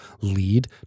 lead